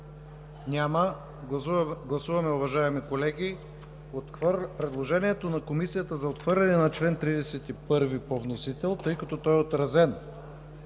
Няма. Гласуваме, уважаеми колеги, предложението на Комисията за отхвърляне на чл. 31 по вносител, тъй като той е отразен